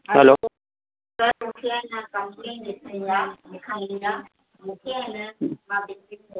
hello sir मूंखे आहे न कमप्लेन लिखिणी आहे लिखाइणी आहे मूंखे आहे न मां दिल्लीअ में रहां थी